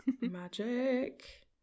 magic